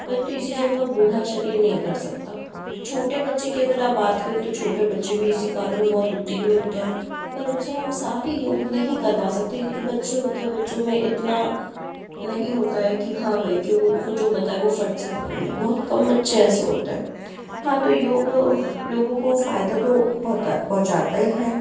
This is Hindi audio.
परन्तु इसी जगह बूढा शरीर नहीं कर सकता छोटे बच्चे की अगर आप बात करें तो छोटे बच्चे भी इसी कार्य मै बहुत उत्तीर्ण होता है पर उनसे हम सारे योग नहीं करवा सकते क्योंकि बच्चे होते है बच्चों मैं इतना नहीं होता है कि हाँ भाई कि वो उनको जो बताएं वो फिर से पकड़ लें बहुत कम बच्चे ऐसे होते हैं हाँ तो योग लोगों को फायदा तो होता है पहुँचाता ही है